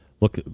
look